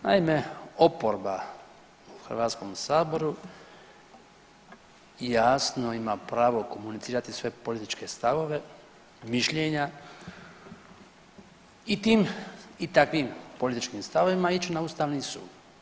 Naime, oporba u Hrvatskom saboru jasno ima pravo komunicirati svoje političke stavove mišljenja i tim i takvim političkim stavovima ići na Ustavni sud.